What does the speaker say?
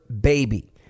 baby